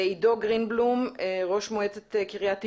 עידו גרינבלום, ראש מועצת קריית טבעון.